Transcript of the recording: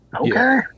Okay